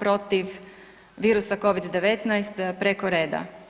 protiv virusa covid-19 preko reda.